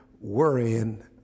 worrying